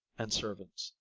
and servants